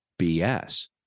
BS